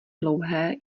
dlouhé